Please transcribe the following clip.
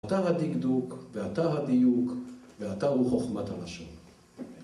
אתה הדקדוק, ואתה הדיוק, ואתה הוא חוכמת הלשון.